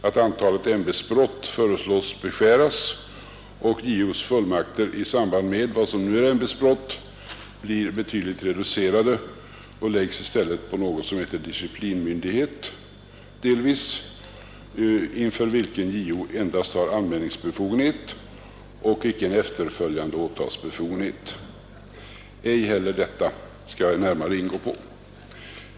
Antalet ämbetsbrott föreslås ju bli beskuret och JO:s fullmakter i samband med vad som nu är ämbetsbrott betydligt reducerade och delvis lagda på något som heter disciplinmyndighet, inför vilken JO endast har anmälningsbefogenhet och icke en efterföljande åtalsbefogenhet. Ej heller detta skall jag nu närmare ingå på.